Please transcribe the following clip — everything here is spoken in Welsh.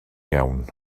iawn